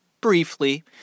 briefly